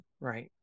Right